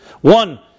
One